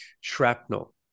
shrapnel